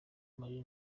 marie